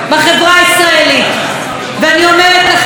ואני אומרת לכם שזה לא עזר לכם,